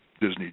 Disney